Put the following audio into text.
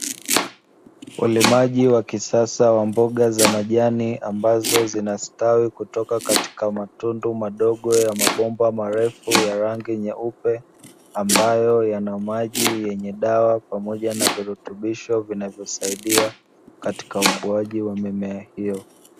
Ulimaji wa kisasa wa mboga za majani, ambazo zinastawi kutoka katika matundu madogo ya mabomba marefu ya rangi nyeupe, ambayo yana maji yenye dawa pamoja na virutubisho vinavyosaidia katika ukuaji wa mimea hiyo.